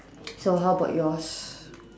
so how about yours